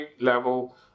level